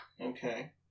Okay